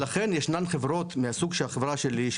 אז לכן יש חברות מהסוג של החברה שלי,